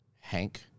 Hank